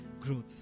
growth